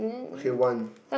okay one